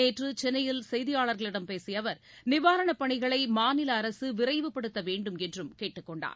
நேற்று சென்னையில் செய்தியாளர்களிடம் பேசிய அவர் நிவாரணப் பணிகளை மாநில அரசு விரைவுபடுத்த வேண்டும் என்றும் கேட்டுக் கொண்டார்